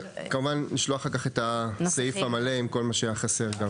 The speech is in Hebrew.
רק כמובן לשלוח אחר-כך את הסעיף המלא עם כל מה שהיה חסר.